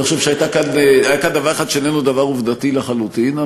אני לא חושב שנאמר כאן דבר אחד שאיננו עובדתי לחלוטין,